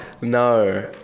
No